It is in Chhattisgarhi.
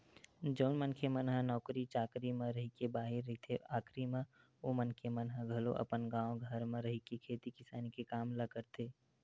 जउन मनखे मन ह नौकरी चाकरी म रहिके बाहिर रहिथे आखरी म ओ मनखे मन ह घलो अपन गाँव घर म रहिके खेती किसानी के काम ल करथे